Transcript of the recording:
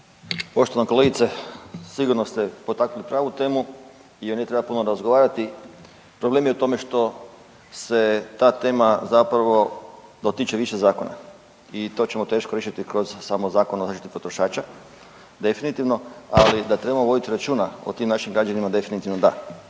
Poštovana kolegice sigurno ste potakli pravu temu gdje ne treba puno razgovarati. Problem je što se ta tema zapravo dotiče više zakona i to ćemo teško riješiti kroz samo Zakon o zaštiti potrošača definitivno. Ali da trebamo voditi računa o tim našim građanima definitivno da.